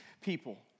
people